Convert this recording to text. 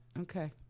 Okay